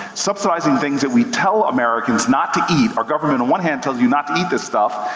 subsidizing things that we tell americans not to eat. our government on one hand tells you not to eat this stuff,